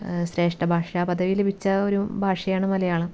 ശ്രേഷ്ഠഭാഷ പദവി ലഭിച്ച ഒരു ഭാഷയാണ് മലയാളം